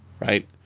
Right